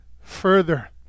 further